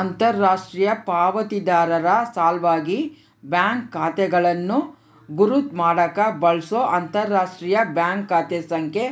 ಅಂತರರಾಷ್ಟ್ರೀಯ ಪಾವತಿದಾರರ ಸಲ್ವಾಗಿ ಬ್ಯಾಂಕ್ ಖಾತೆಗಳನ್ನು ಗುರುತ್ ಮಾಡಾಕ ಬಳ್ಸೊ ಅಂತರರಾಷ್ಟ್ರೀಯ ಬ್ಯಾಂಕ್ ಖಾತೆ ಸಂಖ್ಯೆ